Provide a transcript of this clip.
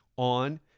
On